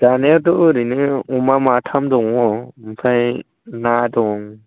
जानायाथ' ओरैनो अमा माथाम दङ ओमफ्राय ना दं